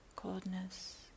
Coldness